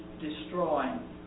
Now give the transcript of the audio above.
destroying